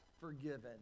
forgiven